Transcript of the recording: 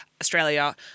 Australia